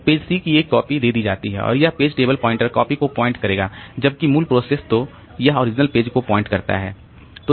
तो page C की एक कॉपी दे दी जाती है और यह पेज टेबल प्वाइंटर कॉपी को पॉइंट करेगा जबकि मूल प्रोसेस तो यह ओरिजिनल पेज को पॉइंट करता है